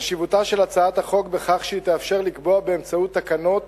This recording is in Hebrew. חשיבותה של הצעת החוק בכך שהיא תאפשר לקבוע באמצעות תקנות